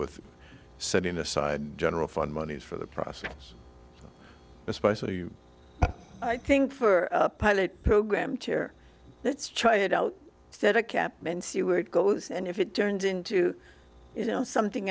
with setting aside general fund monies for the process especially i think for a pilot program let's try it out set a cap you were it goes and if it turned into you know something